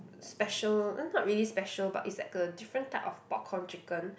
special uh not really special but it's like a different type of popcorn chicken